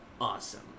awesome